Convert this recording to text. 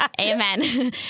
Amen